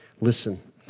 Listen